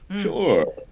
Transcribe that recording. Sure